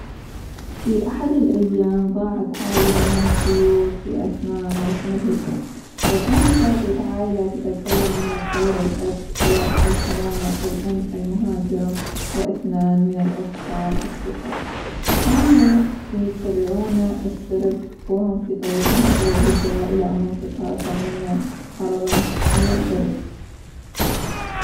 في أحد الأيام ظاعت عائلة من الطيور في أثناء موسم الهجرة، وكانت هذه العائلة تتكون من الطير الأب، والحمامة الأم المهاجرة، وإثنان من الأطفال الصغار، كانوا يتبعون السرب وهم في طريقهم إلى الهجرة إلى منطقة ثانية هربًا من البرد.